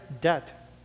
debt